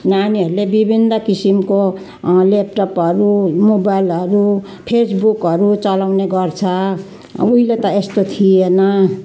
नानीहरूले विभिन्न किसिमको ल्यापटपहरू मोबाइलहरू फेसबुकहरू चलाउने गर्छ उहिले त यस्तो थिएन